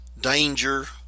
danger